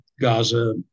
Gaza